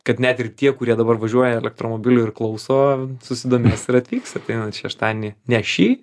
kad net ir tie kurie dabar važiuoja elektromobiliu ir klauso susidomės ir atvyks ateinant šeštadienį ne šį